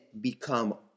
become